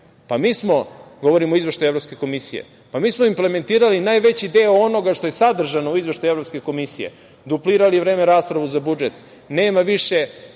parlamenta, govorim o Izveštaju Evropske komisije, mi smo implementirali najveći deo onoga što je sadržano u Izveštaju Evropske komisije, duplirali vreme rasprave za budžet, nema više